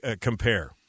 compare